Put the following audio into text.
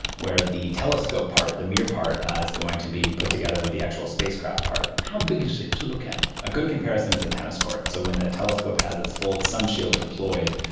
where the telescope part, the mirror part is going to be put together with the actual spacecraft part. how big is it to look at? a good comparison is a tennis court. so when the telescope has its full sun shield deployed,